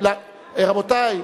רבותי,